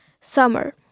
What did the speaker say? summer